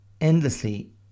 endlessly